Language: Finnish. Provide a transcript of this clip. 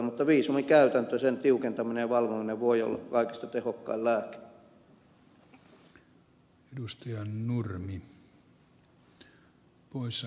mutta viisumikäytäntö sen tiukentaminen ja valvominen voi olla kaikista tehokkain lääke